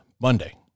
Monday